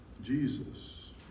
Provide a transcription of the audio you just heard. Jesus